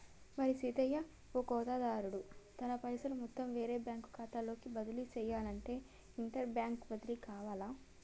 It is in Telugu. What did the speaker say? మరి సీనయ్య ఓ ఖాతాదారుడు తన పైసలను మొత్తం వేరే బ్యాంకు ఖాతాలోకి బదిలీ సెయ్యనఅంటే ఇంటర్ బ్యాంక్ బదిలి కావాలి